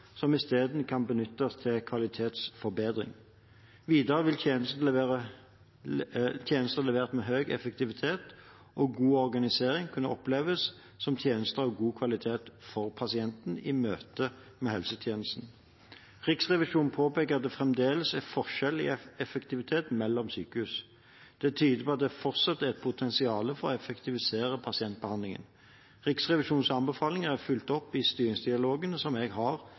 som isteden kan benyttes til kvalitetsforbedring. Videre vil tjenester levert med høy effektivitet og god organisering kunne oppleves som tjenester av god kvalitet for pasienten i møte med helsetjenesten. Riksrevisjonen påpeker at det fremdeles er forskjeller i effektivitet mellom sykehus. Det tyder på at det fortsatt er potensial for å effektivisere pasientbehandlingen. Riksrevisjonens anbefalinger er fulgt opp i styringsdialogen som jeg har